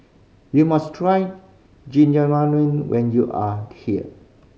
you must try Jajangmyeon when you are here